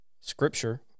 Scripture